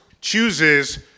chooses